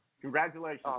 Congratulations